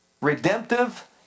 redemptive